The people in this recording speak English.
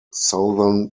southern